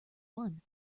one